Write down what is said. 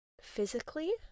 physically